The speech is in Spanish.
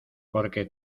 porque